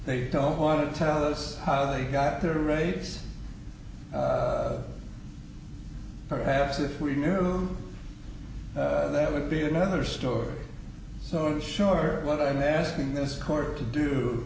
they don't want to tell us how they got their rates perhaps if we knew that would be another story so i'm sure what i'm asking this court to do